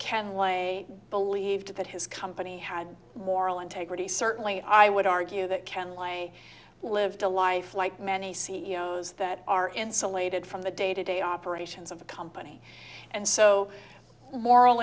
ken lay believed that his company had moral integrity certainly i would argue that ken lie lived a life like many c e o s that are insulated from the day to day operations of the company and so the moral